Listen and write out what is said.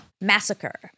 Massacre